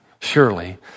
Surely